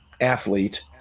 athlete